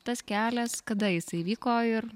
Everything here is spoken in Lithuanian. tas kelias kada jisai įvyko ir